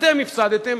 אתם הפסדתם,